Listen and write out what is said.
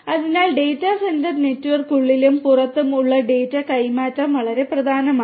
അതിനാൽ data centre നെറ്റ്വർക്കുകൾക്കുള്ളിലും പുറത്തും ഉള്ള ഡാറ്റ കൈമാറ്റം വളരെ പ്രധാനമാണ്